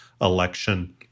election